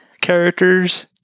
characters